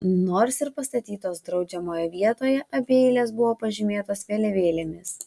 nors ir pastatytos draudžiamoje vietoje abi eilės buvo pažymėtos vėliavėlėmis